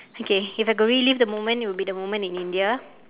okay if I could relive the moment it would be the moment in india